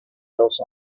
else